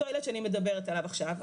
אותו ילד שאני מדברת עליו עכשיו,